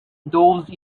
those